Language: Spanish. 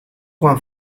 juan